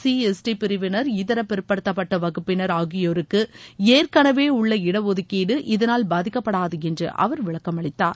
C ST பிரிவினர் இதர பிற்படுத்தப்பட்ட வகுப்பினர் ஆகியோருக்கு ஏற்கனவே உள்ள இடஒதுக்கீடு இதனால் பாதிக்கப்படாது என்று அவர் விளக்கம் அளித்தார்